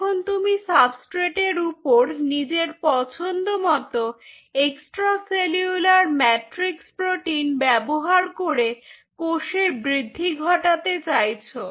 এখন তুমি সাবস্ট্রেটের উপর নিজের পছন্দমত এক্সট্রা সেলুলার ম্যাট্রিক্স প্রোটিন ব্যবহার করে কোষের বৃদ্ধি ঘটাতে চাইছো